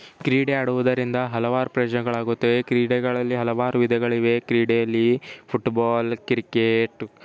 ಕ್ರೀಡೆ ಆಡೋದರಿಂದ ಹಲವಾರು ಪ್ರಯೋಜನಗಳಾಗುತ್ತವೆ ಕ್ರೀಡೆಗಳಲ್ಲಿ ಹಲವಾರು ವಿಧಗಳಿವೆ ಕ್ರೀಡೆಯಲ್ಲಿ ಫುಟ್ಬಾಲ್ ಕ್ರಿಕೆಟ್